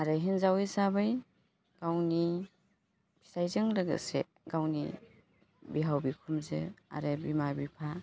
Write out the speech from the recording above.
आरो हिन्जाव हिसाबै गावनि फिसाइजों लोगोसे गावनि बिहाव बिखुनजो आरो बिमा बिफा